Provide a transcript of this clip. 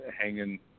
hanging